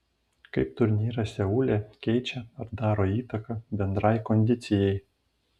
kaip turnyras seule keičia ar daro įtaką bendrai kondicijai